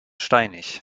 steinig